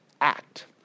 act